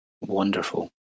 Wonderful